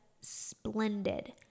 Splendid